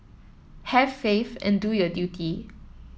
have faith and do your duty